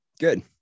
Good